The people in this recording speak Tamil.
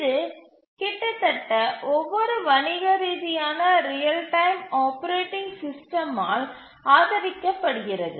இது கிட்டத்தட்ட ஒவ்வொரு வணிகரீதியான ரியல் டைம் ஆப்பரேட்டிங் சிஸ்டமால் ஆதரிக்கப்படுகிறது